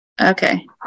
Okay